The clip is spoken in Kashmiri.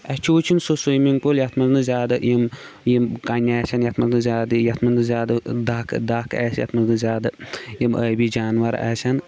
اَسہِ چھِ وٕچھُن سُہ سُیمِنٛگ پوٗل یَتھ منٛز نہٕ زیادٕ یِم یِم کَنہِ آسن یَتھ منٛز نہٕ زیادٕ یَتھ منٛز نہٕ زیادٕ دَکھ دَکھ آسن یَتھ منٛز نہٕ زیادٕ یِم ٲبی جاناوار آسن